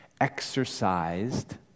exercised